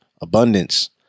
Abundance